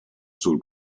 sul